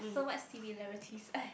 so much similarities